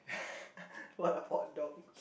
what a odd dog